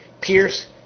Pierce